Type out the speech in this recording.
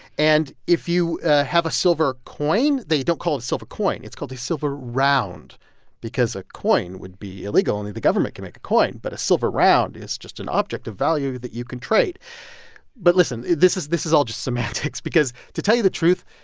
and if you have a silver coin, they don't call it a silver coin. it's called a silver round because a coin would be illegal. only the government can make a coin. but a silver round is just an object of value that you can trade but listen, this is this is all just semantics because, to tell you the truth,